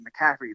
McCaffrey